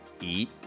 eat